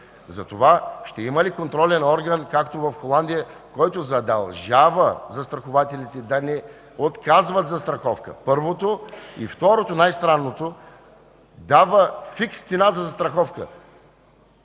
Затова ще има ли контролен орган, както в Холандия, който задължава застрахователите да не отказват застраховка – първото, и, второто, най-странното, дава фикс цена за застраховка!